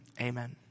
amen